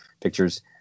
Pictures